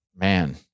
man